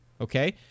Okay